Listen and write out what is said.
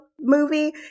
movie